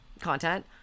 content